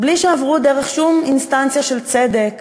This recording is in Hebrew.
בלי שעברו דרך שום אינסטנציה של צדק,